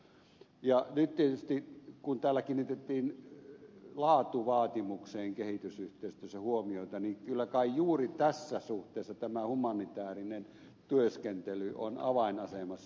nyt tietysti kun täällä kiinnitettiin laatuvaatimukseen kehitysyhteistyössä huomiota niin kyllä kai juuri tässä suhteessa tämä humanitäärinen työskentely on avainasemassa